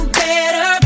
better